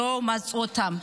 לא מצאו גם אותם.